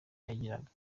yagiraga